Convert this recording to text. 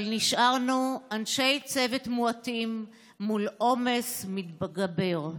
אבל נשארנו אנשי צוות מועטים מול עומס מתגבר,